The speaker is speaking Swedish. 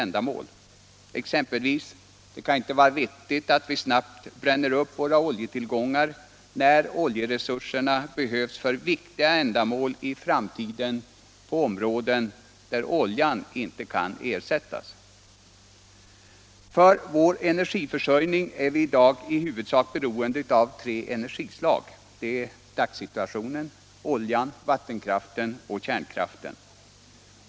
Det kan exempelvis inte vara vettigt att vi snabbt bränner upp våra oljetillgångar, när oljeresurserna behövs för viktiga ändamål i framtiden på områden där oljan inte kan ersättas. För vår energiförsörjning är vi i dag i huvudsak beroende av tre energislag: oljan, vattenkraften och kärnkraften.